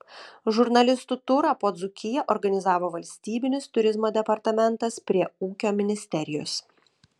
žurnalistų turą po dzūkiją organizavo valstybinis turizmo departamentas prie ūkio ministerijos